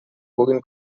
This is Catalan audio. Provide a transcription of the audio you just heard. puguin